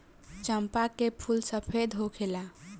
चंपा के फूल सफेद होखेला